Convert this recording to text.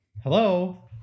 Hello